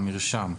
המרשם):